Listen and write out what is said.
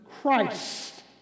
Christ